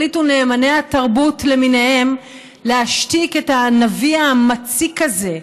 החליטו נאמני התרבות למיניהם להשתיק את הנביא המציק הזה,